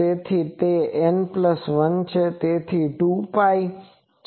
તેથી તે N1 છે તેથી તે 2Π છે